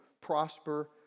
prosper